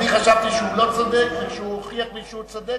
אני חשבתי שהוא לא צודק וכשהוא הוכיח לי שהוא צודק,